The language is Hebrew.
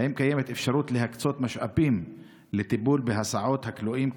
2. האם יש אפשרות להקצות משאבים לטיפול בהסעות הכלואים,